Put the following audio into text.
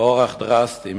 באורח דרסטי.